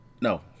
No